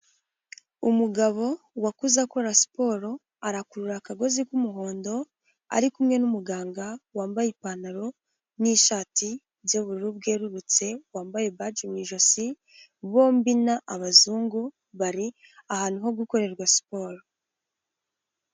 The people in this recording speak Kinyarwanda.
Umugabo wakuze akora siporo arakurura akagozi k'umuhondo, ari kumwe n'umuganga wambaye ipantaro n'ishati by'ubururu bwerurutse, wambaye baji mu ijosi, bombi ni abazungu bari ahantu ho gukorerwa siporo.